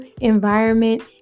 environment